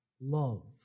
love